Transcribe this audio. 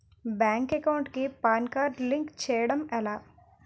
Bank account కి PAN card link చేయడం ఎలా?